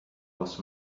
was